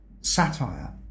satire